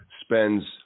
spends